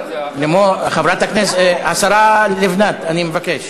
השרה לבנת, אני מבקש.